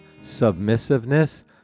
submissiveness